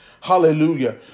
hallelujah